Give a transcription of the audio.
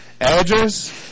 address